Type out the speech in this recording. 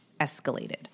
escalated